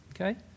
Okay